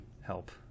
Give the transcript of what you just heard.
help